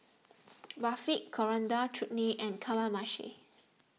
Barfi Coriander Chutney and Kamameshi